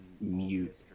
mute